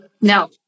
No